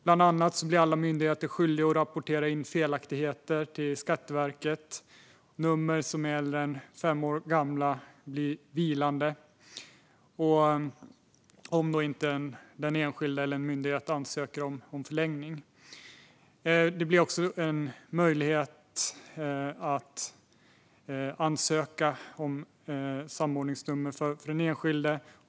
Bland annat blir alla myndigheter skyldiga att rapportera in felaktigheter till Skatteverket. Nummer som är äldre än fem år gamla blir vilande om inte den enskilde eller en myndighet ansöker om förlängning. Det blir också en möjlighet att ansöka om samordningsnummer för den enskilde.